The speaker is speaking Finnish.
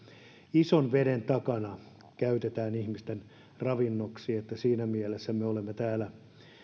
ison veden takana käytetään ihmisten ravinnoksi siinä mielessä me olemme täällä